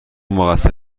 مقصر